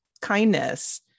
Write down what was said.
Kindness